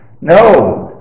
no